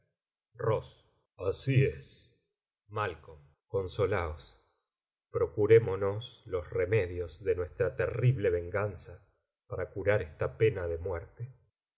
ross así es malo consolaos procurémonos los remedios de nuestra terrible venganza para curar esta pena de muerte